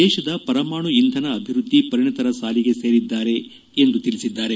ದೇಶದ ಪರಮಾಣು ಇಂಧನ ಅಭಿವೃದ್ಧಿ ಪರಿಣಿತರ ಸಾಲಿಗೆ ಸೇರಿದ್ದಾರೆ ಎಂದು ತಿಳಿಸಿದ್ದಾರೆ